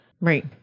Right